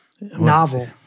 novel